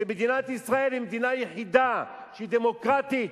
שמדינת ישראל היא מדינה יחידה, שהיא דמוקרטית.